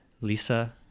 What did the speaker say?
Lisa